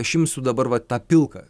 aš imsiu dabar va tą pilką